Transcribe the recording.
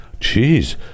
Jeez